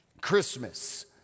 Christmas